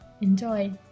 enjoy